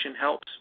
helps